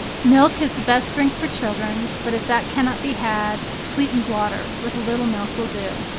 milk is the best drink for children, but if that cannot be had, sweetened water, with a little milk, will do.